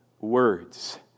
words